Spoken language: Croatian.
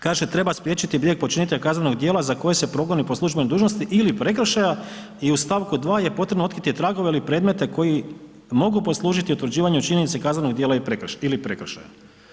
Kaže treba spriječiti bijeg počinitelja kaznenog djela za koje se progoni po službenoj dužnosti ili prekršaja i u st. 2. je potrebno je otkriti tragove ili predmete koji mogu poslužiti utvrđivanju činjenice kaznenog djela ili prekršaja.